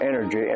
energy